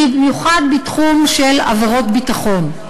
במיוחד בתחום של עבירות ביטחון.